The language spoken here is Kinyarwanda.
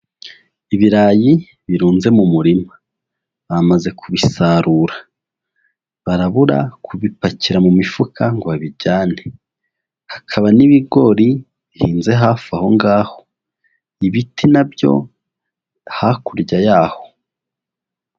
Ibirayi birunze mu murima, bamaze kubisarura barabura kubipakira mu mifuka ngo babijyane, hakaba n'ibigori bihinze hafi aho ngaho, ibiti na byo hakurya yaho.